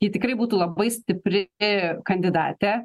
ji tikrai būtų labai stipri kandidatė